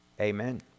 Amen